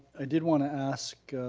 i did wanna ask,